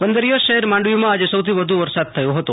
બંદરીય શહેર માંડવીમાં આજે સૌથી વધુ વરસાદ થયો હતો